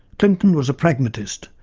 clinton was a pragmatist,